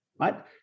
Right